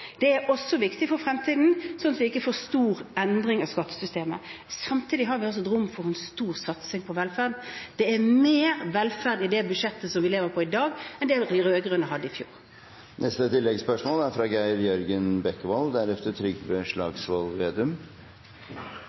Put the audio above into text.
er også viktig for fremtiden, sånn at vi ikke får stor endring av skattesystemet. Samtidig har vi rom for en stor satsing på velferd. Det er mer velferd i det budsjettet vi lever på i dag, enn det de rød-grønne hadde i fjor.